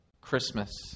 Christmas